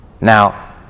Now